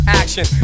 action